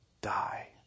die